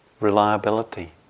reliability